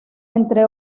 entre